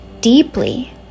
deeply